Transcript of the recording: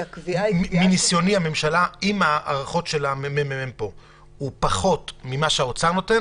אם ההערכות של הממ"מ פה הן פחות ממה שהאוצר נותן,